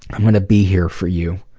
i'm going to be here for you.